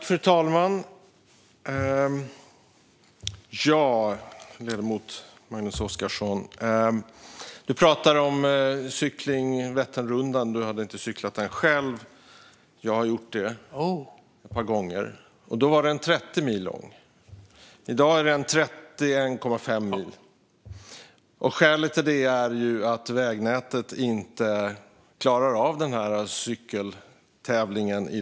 Fru talman! Ledamoten Mikael Oscarsson pratar om cykling och Vätternrundan. Han hade inte cyklat den själv. Jag har gjort det ett par gånger. Då var den 30 mil lång. I dag är den 31,5 mil, och skälet till det är att vägnätet inte klarar den här cykeltävlingen.